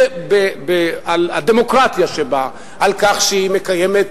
על הדמוקרטיה שבה, על כך שהיא מקיימת,